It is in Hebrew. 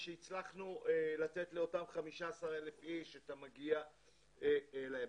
ושהצלחנו לתת לאותם 15,000 איש את המגיע להם.